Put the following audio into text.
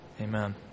Amen